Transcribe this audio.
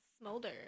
smolder